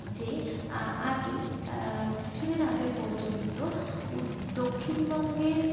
যে আগে কিছুদিন আগে পর্যন্ত উত্ত দক্ষিণবঙ্গের